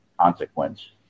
consequence